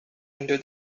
into